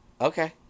Okay